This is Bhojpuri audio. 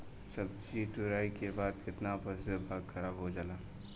सब्जी तुराई के बाद केतना प्रतिशत भाग खराब हो जाला?